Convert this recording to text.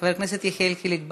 חבר הכנסת יחיאל חיליק בר,